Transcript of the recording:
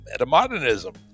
metamodernism